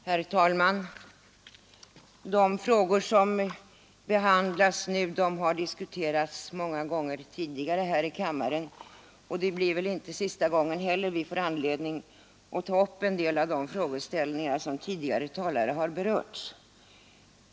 Herr talman! De frågor som behandlas nu har diskuterats många gånger tidigare här i kammaren, och det är väl inte heller sista gången vi har anledning att ta upp en del av de frågeställningar som tidigare talare har berört.